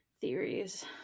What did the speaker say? theories